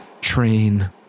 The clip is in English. train